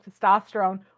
testosterone